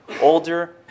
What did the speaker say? older